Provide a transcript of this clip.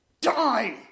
Die